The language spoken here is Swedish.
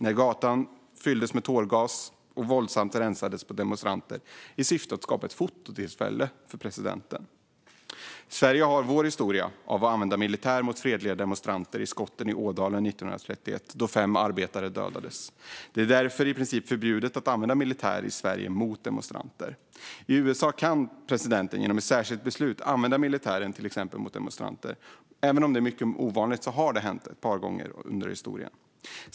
när gatan fylldes med tårgas och våldsamt rensades på demonstranter i syfte att skapa ett fototillfälle för presidenten. Sverige har sin historia av att använda militär mot fredliga demonstranter, nämligen skotten i Ådalen 1931 då fem arbetare dödades. Det är därför i princip förbjudet att använda militär mot demonstranter i Sverige. I USA kan presidenten genom ett särskilt beslut använda militären mot till exempel demonstranter. Även om det är mycket ovanligt har det hänt ett par gånger i historien.